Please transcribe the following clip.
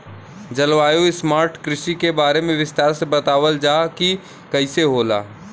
जलवायु स्मार्ट कृषि के बारे में विस्तार से बतावल जाकि कइसे होला?